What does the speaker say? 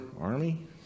army